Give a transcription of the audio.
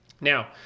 Now